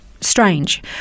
Strange